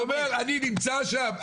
הוא אומר, אני נמצא שם.